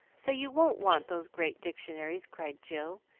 so you won't want those great dictionaries, cried jill,